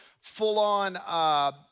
full-on